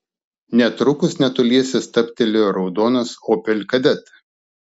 netrukus netoliese stabtelėjo raudonas opel kadett